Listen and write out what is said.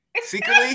secretly